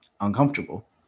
uncomfortable